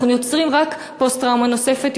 אנחנו יוצרים רק פוסט-טראומה נוספת,